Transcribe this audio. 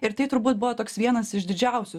ir tai turbūt buvo toks vienas iš didžiausių